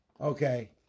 Okay